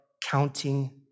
counting